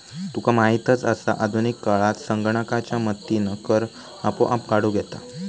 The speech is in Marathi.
तुका माहीतच आसा, आधुनिक काळात संगणकाच्या मदतीनं कर आपोआप काढूक येता